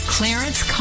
Clarence